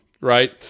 right